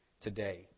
today